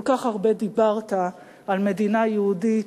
כל כך הרבה דיברת על מדינה יהודית,